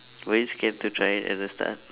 were you scared to try it at the start